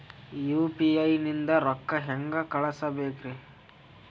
UPI ನಿಂದ ರೊಕ್ಕ ಹೆಂಗ ಕಳಸಬೇಕ್ರಿ?